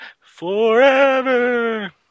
forever